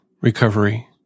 recovery